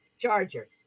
chargers